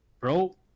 bro